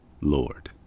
Lord